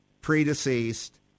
predeceased